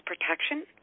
protection